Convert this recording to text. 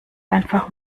einfach